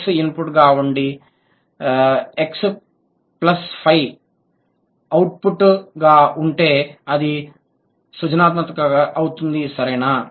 X input గా ఉండి X 5 output గా ఉంటే అది సృజనాత్మకత అవుతుంది సరేనా